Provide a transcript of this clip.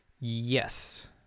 Yes